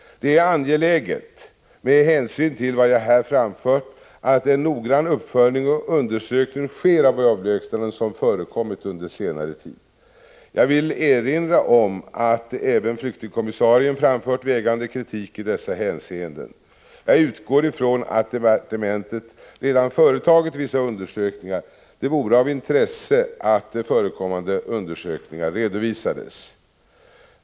Det är angeläget — med hänsyn till vad jag här framfört — att en noggrann uppföljning och undersökning sker av de avlägsnanden som förekommit under senare tid. Jag vill erinra om att även flyktingkommissarien framfört vägande kritik i dessa hänseenden. Jag utgår ifrån att departementet redan företagit vissa undersökningar. Det vore av intresse att förekommande undersökningar redovisades.